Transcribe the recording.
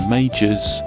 Majors